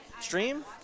Stream